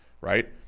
Right